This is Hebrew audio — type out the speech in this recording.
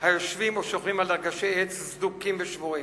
היושבים או שוכבים על דרגשי עץ סדוקים ושבורים.